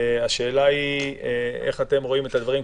השאלה היא איך אתם רואים את הדברים,